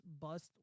bust